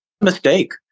mistake